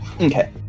Okay